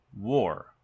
war